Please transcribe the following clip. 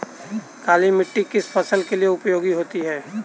काली मिट्टी किस फसल के लिए उपयोगी होती है?